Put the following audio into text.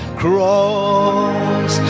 cross